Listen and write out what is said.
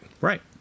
Right